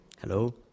Hello